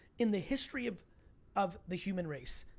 in the history of of the human race,